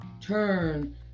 Turn